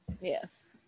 Yes